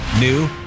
new